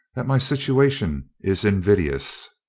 that my situation is in vidious.